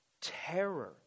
Terror